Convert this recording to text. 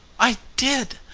i did!